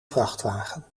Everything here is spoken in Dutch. vrachtwagen